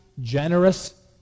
generous